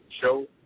show